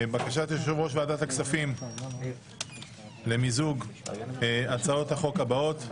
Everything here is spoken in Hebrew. בקשת יושב-ראש ועדת הכספים למיזוג הצעות החוק הבאות: